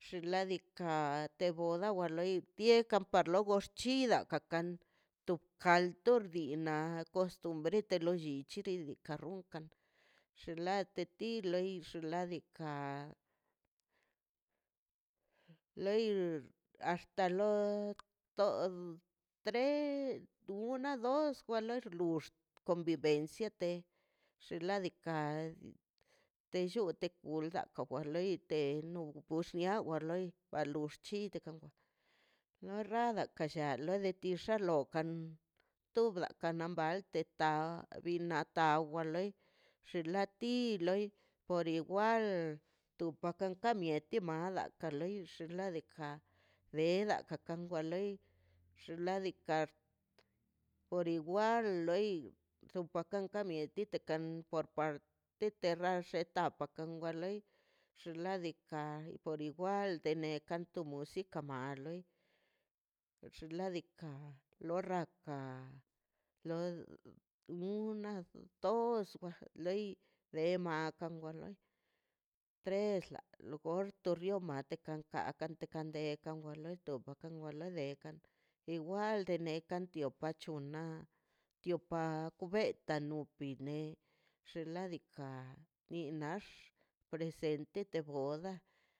Xnaꞌ diikaꞌ te boda wa loi tie ka parla lor chi kan to caldo to di yinaꞌ to costumbre te lo chiri kartonka xenla te ti to loi xinladika loi axta loi tod tres una dos lux convenciate xinladika te llu tu kun latuka kwa loi de de nio parxnia wa loi lux chi tekawalə na radaka lla lei letixan lokan btogakan da mieti mala ka loi xnaꞌ diikaꞌ de dakan wa loi xinladika por igual loi pakakan mieti kan por parte te rallak tapa nin xinladika por igual nekan to ma loi xinladika lo raka lo una dos wa loi remakan wa loi tres la logorto rioma te tenkan anteka kan de ka wa loi opakan kan delan igual landekan tio bachunnaꞌ tio pa kubeta anupin ne xinladika tin nax presente de boda.